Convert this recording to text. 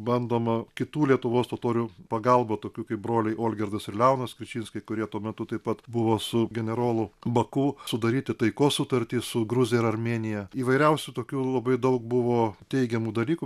bandoma kitų lietuvos totorių pagalba tokių kaip broliai olgirdas ir leonas kručinskai kurie tuo metu taip pat buvo su generolu baku sudaryti taikos sutartį su gruzija ir armėnija įvairiausių tokių labai daug buvo teigiamų dalykų